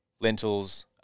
lentils